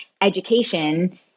education